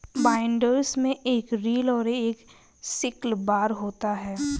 binders में एक reel और एक सिकल बार होता है